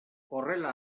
horrela